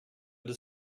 des